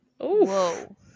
Whoa